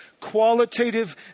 qualitative